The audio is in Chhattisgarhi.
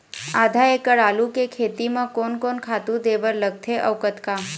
आधा एकड़ आलू के खेती म कोन कोन खातू दे बर लगथे अऊ कतका?